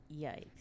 Yikes